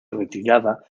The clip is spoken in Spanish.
retirada